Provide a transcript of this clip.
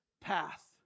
path